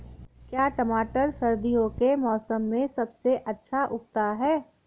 क्या टमाटर सर्दियों के मौसम में सबसे अच्छा उगता है?